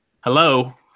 hello